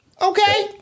Okay